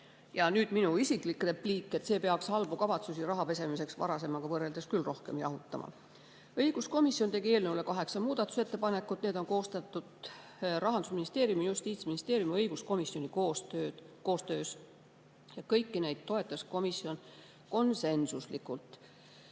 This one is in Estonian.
Nüüd minu isiklik repliik: see peaks halbu rahapesemiskavatsusi varasemaga võrreldes küll rohkem jahutama. Õiguskomisjon tegi eelnõu kohta kaheksa muudatusettepanekut. Need on koostatud Rahandusministeeriumi, Justiitsministeeriumi ja õiguskomisjoni koostöös. Kõiki neid toetas komisjon konsensuslikult.